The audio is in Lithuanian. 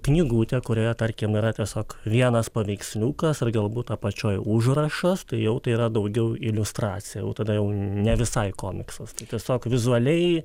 knygutė kurioje tarkim yra tiesiog vienas paveiksliukas ar galbūt apačioj užrašas tai jau tai yra daugiau iliustracija jau tada jau ne visai komiksas tiesiog vizualiai